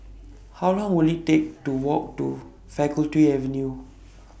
How Long Will IT Take to Walk to Faculty Avenue